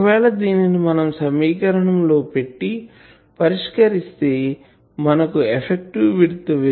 ఒకవేళ దీనిని మనం సమీకరణం లో పెట్టి పరిష్కరిస్తే మనకు ఎఫెక్టివ్ విడ్త్ విలువ 5